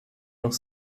noch